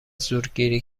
زورگیری